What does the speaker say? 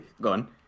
gone